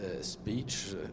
speech